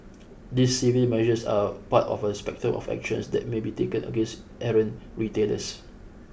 these civil measures are part of a spectrum of actions that may be taken against errant retailers